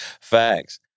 Facts